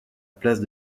place